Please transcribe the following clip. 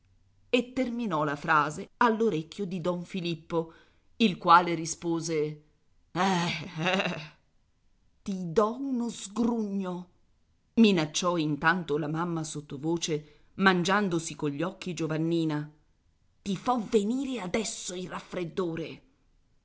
e terminò la frase all'orecchio di don filippo il quale rispose ehm ehm ti dò uno sgrugno minacciò intanto la mamma sottovoce mangiandosi cogli occhi giovannina ti fo venire adesso il raffreddore